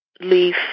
leaf